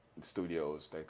studios